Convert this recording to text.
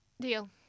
Deal